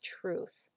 truth